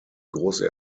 große